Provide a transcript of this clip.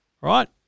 right